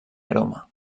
aroma